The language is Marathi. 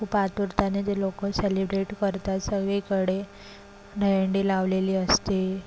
खूप आतुरतेने ते लोकं सेलिब्रेट करतात सर्व कडे दहीहंडी लावलेली असते